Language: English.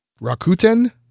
Rakuten